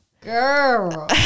Girl